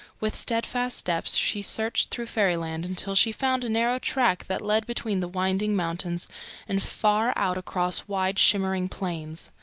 with steadfast steps she searched through fairyland until she found a narrow track that led between the winding mountains and far out across wide, shimmering plains.